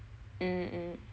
mm mm